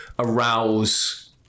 arouse